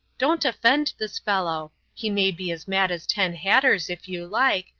don't offend this fellow he may be as mad as ten hatters, if you like,